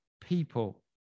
people